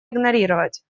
игнорировать